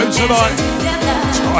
tonight